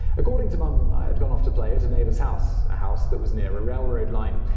according to mom, i had gone off to play at a neighbor's house a house that was near a railroad line.